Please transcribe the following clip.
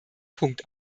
punkt